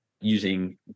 using